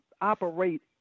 operate